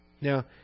Now